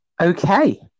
Okay